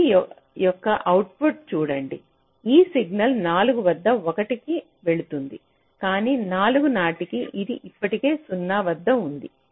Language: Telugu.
1 యొక్క అవుట్పుట్ చూడండి ఈ సిగ్నల్ 4 వద్ద 1 కి వెళుతుంది కానీ 4 నాటికి ఇది ఇప్పటికే 0 వద్ద ఉంది